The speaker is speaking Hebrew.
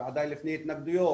ועדיין לפני התנגדויות,